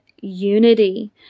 unity